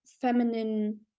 feminine